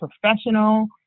professional